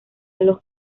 los